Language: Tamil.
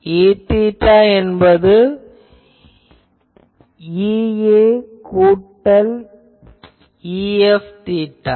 Eθ என்பது θ கூட்டல் θ